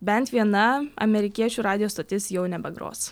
bent viena amerikiečių radijo stotis jau nebegros